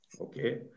Okay